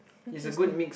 interesting